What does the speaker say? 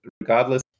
regardless